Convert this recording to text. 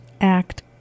Act